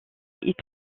est